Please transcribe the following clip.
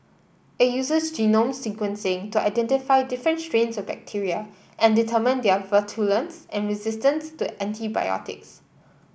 it uses genome sequencing to identify different strains of bacteria and determine their virulence and resistance to antibiotics